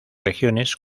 regiones